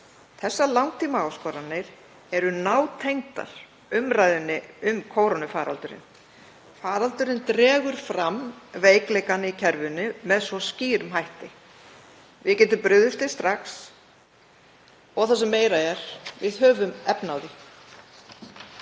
Þessar langtímaáskoranir eru nátengdar umræðunni um kórónuveirufaraldurinn. Faraldurinn dregur fram veikleikann í kerfinu með svo skýrum hætti. Við getum brugðist við strax og það sem meira er: Við höfum efni